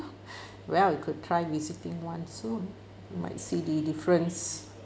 well you could try visiting one soon might see the difference